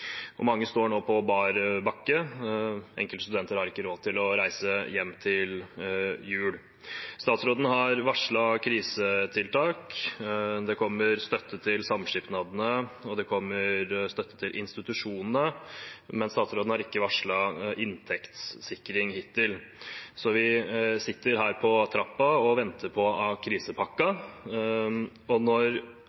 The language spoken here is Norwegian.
Mange står nå på bar bakke. Enkelte studenter har ikke råd til å reise hjem til jul. Statsråden har varslet krisetiltak; det kommer støtte til samskipnadene, og det kommer støtte til institusjonene, men statsråden har ikke varslet inntektssikring hittil. Så vi sitter her på trappen og venter på